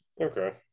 Okay